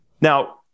Now